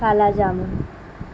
kala jamun